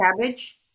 cabbage